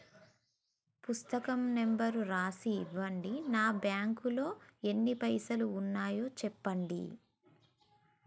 పుస్తకం నెంబరు రాసి ఇవ్వండి? నా బ్యాంకు లో ఎన్ని పైసలు ఉన్నాయో చెప్పండి?